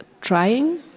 trying